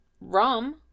rum